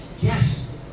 Yes